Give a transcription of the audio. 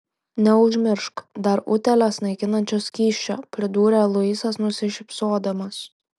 neužmiršk dar utėles naikinančio skysčio pridūrė luisas nusišypsodamas